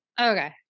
Okay